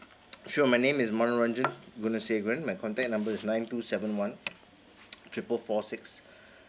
sure my name is monaranjan gunasaven my contact number is nine two seven one triple four six